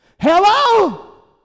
Hello